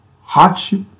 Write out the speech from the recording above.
hardship